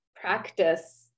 practice